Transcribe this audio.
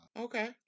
Okay